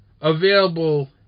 available